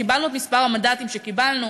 קיבלנו את מספר המנדטים שקיבלנו,